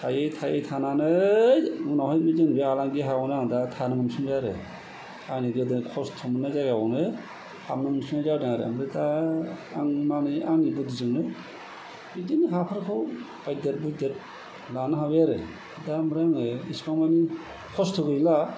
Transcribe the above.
थायै थायै थानानै उनावहाय बे जों आलांगि हायावनो आं दा थानो मोनफिनबाय आरो आंनि गोदो खस्त' मोननाय जायगायावनो थानो मोनफिननाय जादों आरो ओमफ्राय दा आं माने आंनि बुद्धिजोंनो बिदिनो हाफोरखौ बायदेर बुदेर लानो हाबाय आरो दा ओमफ्राय आङो इसिबां मानि खस्त' गैला